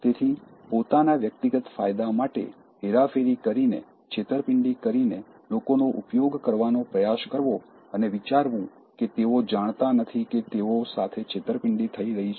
તેથી પોતાના વ્યક્તિગત ફાયદા માટે હેરાફેરી કરીને છેતરપિંડી કરીને લોકોનો ઉપયોગ કરવાનો પ્રયાસ કરવો અને વિચારવું કે તેઓ જાણતા નથી કે તેઓ સાથે છેતરપિંડી થઈ રહી છે